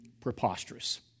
preposterous